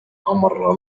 أمر